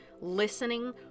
listening